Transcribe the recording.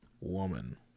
woman